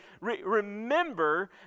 remember